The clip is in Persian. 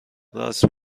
راست